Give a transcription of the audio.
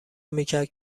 میکرد